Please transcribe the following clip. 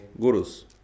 gurus